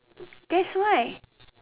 that's why